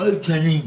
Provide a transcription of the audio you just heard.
אחרי שנים